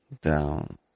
down